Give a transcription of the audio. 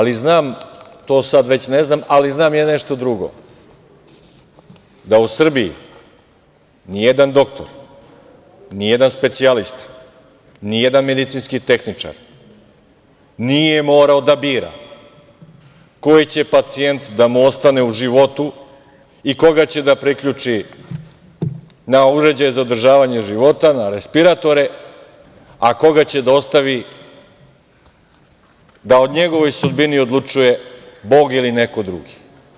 To sada već ne znam, ali znam nešto drugo, da u Srbiji nijedan doktor, nijedan specijalista, nijedan medicinski tehničar nije morao da bira koji će pacijent da mu ostane u životu i koga će da priključi na uređaj za održavanje života, na respirator, a koga će da ostavi da o njegovoj sudbini odlučuje Bog ili neko drugi.